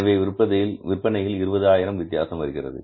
எனவே விற்பனையில் 20000 வித்தியாசம் வருகிறது